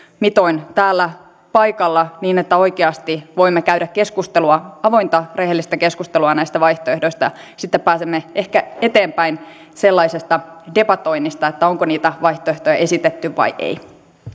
mitoin täällä paikalla niin että oikeasti voimme käydä keskustelua avointa rehellistä keskustelua näistä vaihtoehdoista ja sitten pääsemme ehkä eteenpäin sellaisesta debatoinnista että onko niitä vaihtoehtoja esitetty vai ei